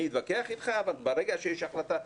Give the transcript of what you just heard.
אני אתווכח אתך אבל ברגע שיש החלטה,